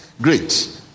great